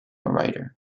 writer